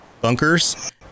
bunkers